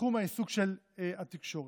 תחום העיסוק של התקשורת.